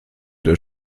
der